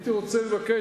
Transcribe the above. הייתי רוצה לבקש,